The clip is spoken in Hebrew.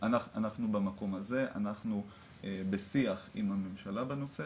אנחנו בשיח עם הממשלה בנושא,